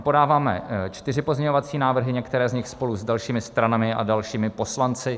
Podáváme čtyři pozměňovací návrhy, některé z nich spolu s dalšími stranami a dalšími poslanci.